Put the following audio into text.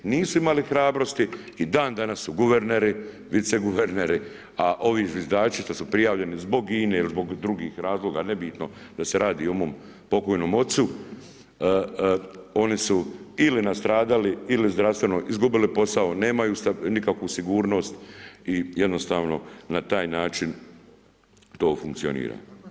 Nisu imali hrabrosti, i dandanas su guverneri, viceguverneri a ovi zviždači što su prijavljeni zbog INA-e ili zbog drugih razloga, nebitno, da se radi o mom pokojnom ocu, oni su ili nastradali ili zdravstveno izgubili posao, nemaju nikakvu sigurnost i jednostavno na taj način to funkcionira.